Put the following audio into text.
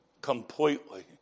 completely